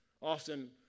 often